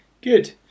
good